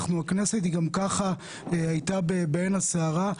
הכנסת גם ככה הייתה בעין הסערה.